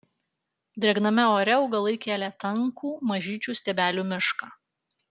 drėgname ore augalai kėlė tankų mažyčių stiebelių mišką